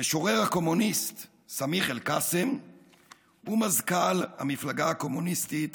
המשורר הקומוניסט סמיח אל-קאסם ומזכ"ל המפלגה הקומוניסטית